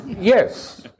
Yes